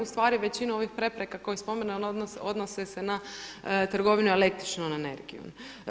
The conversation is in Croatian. Ustavi većinu ovih prepreka koje spominjem odnose se na trgovinu električnom energijom.